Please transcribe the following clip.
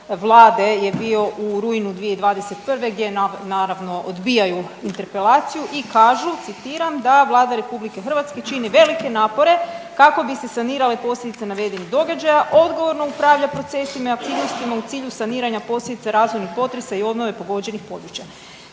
je bio u rujnu 2021. gdje naravno odbijaju interpelaciju i kažu, citiram da Vlada RH čini velike napore kako bi se sanirale posljedice navedenih događaja, odgovorno upravlja procesima i aktivnostima u cilju saniranja posljedica razornih potresa i obnove pogođenih područja.